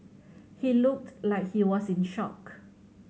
he looked like he was in shock